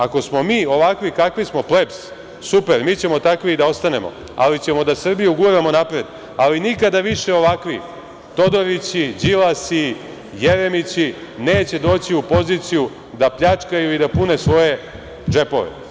Ako smo mi ovakvi kakvi smo plebs, super, mi ćemo takvi i da ostanemo, ali ćemo Srbiju da guramo napred, ali nikada više ovakvi Todorići, Đilasi, Jeremići neće doći u poziciju da pljačkaju i da pune svoje džepove.